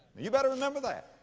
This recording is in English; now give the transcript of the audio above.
you better remember that.